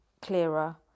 clearer